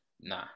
Nah